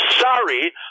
sorry